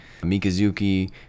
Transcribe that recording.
Mikazuki